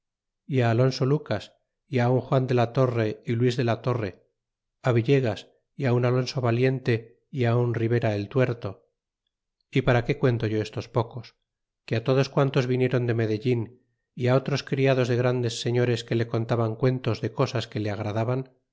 alonso lucas y un juan de la torre y luis de la torre villegas y un alonso valiente un ribera el tuerto y para que cuento yo estos pocos que todos quantos vinieron de medellin é á otros criados de grandes señores que le contaban cuentos de cosas que le agradaban